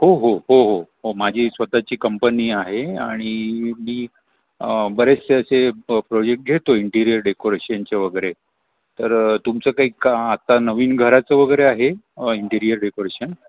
हो हो हो हो माझी स्वतःची कंपनी आहे आणि मी बरेचसे असे प्रोजेक्ट घेतो इंटिरियर डेकोरेशनचे वगैरे तर तुमचं काही का आत्ता नवीन घराचं वगैरे आहे इंटिरियर डेकोरेशन